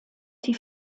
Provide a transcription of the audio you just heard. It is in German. die